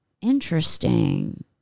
Interesting